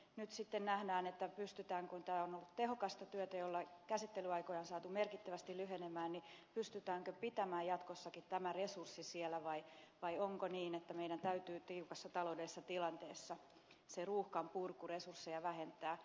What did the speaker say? nyt sitten nähdään pystytäänkö kun tämä on tehokasta työtä jolla käsittelyaikoja on saatu merkittävästi lyhenemään pitämään jatkossakin tämä resurssi siellä vai onko niin että meidän täytyy tiukassa taloudellisessa tilanteessa sen ruuhkanpurkuresursseja vähentää